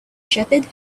shepherd